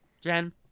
Jen